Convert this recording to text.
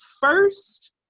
first